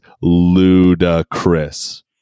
ludicrous